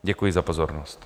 Děkuji za pozornost.